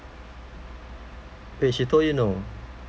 !oi! she told you know